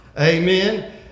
Amen